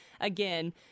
again